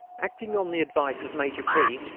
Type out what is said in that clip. acting on the advice of major p,